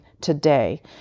today